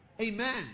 amen